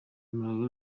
malawi